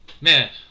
Man